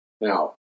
Now